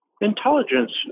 intelligence